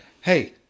Hey